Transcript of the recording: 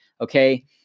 Okay